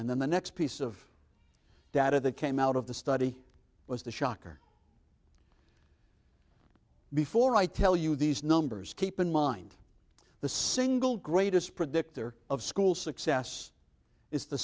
and then the next piece of data that came out of the study was the shocker before i tell you these numbers keep in mind the single greatest predictor of school success is the